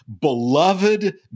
beloved